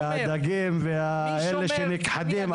הדגים והאלה שנכחדים.